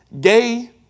Gay